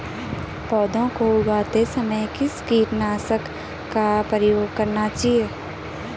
पौध को उगाते समय किस कीटनाशक का प्रयोग करना चाहिये?